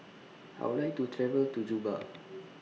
I Would like to travel to Juba